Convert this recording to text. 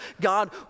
God